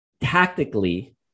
tactically